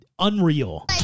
Unreal